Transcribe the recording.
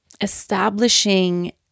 establishing